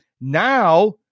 Now